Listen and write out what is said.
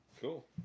cool